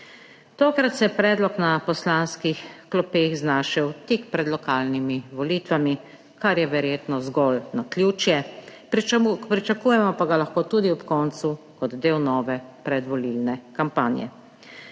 Tokrat se je predlog na poslanskih klopeh znašel tik pred lokalnimi volitvami, kar je verjetno zgolj naključje. Pričakujemo pa ga lahko tudi ob koncu kot del nove predvolilne kampanje.